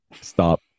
Stop